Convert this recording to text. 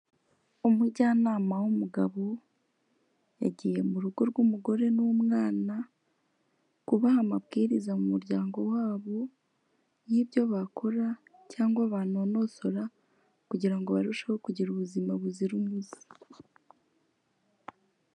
Umujyanama w'umugabo, yagiye mu rugo rw'umugore n'umwana, kubaha amabwiriza mu muryango wabo y'ibyo bakora cyangwa banonosora kugira ngo barusheho kugira ubuzima buzira umuze.